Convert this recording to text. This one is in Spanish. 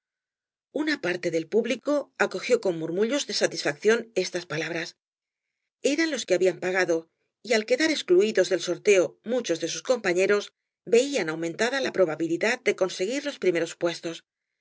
una parte del público acogió con murmullos de satisfacción estas palabras eran los que habían pagado y al quedar excluidos del sorteo muchos de sus compañeros veían aumentada la probabilidad de conseguir los primeros puestos